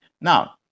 now